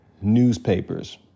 newspapers